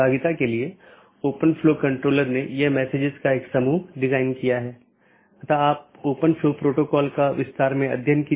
धीरे धीरे हम अन्य परतों को देखेंगे जैसे कि हम ऊपर से नीचे का दृष्टिकोण का अनुसरण कर रहे हैं